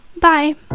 Bye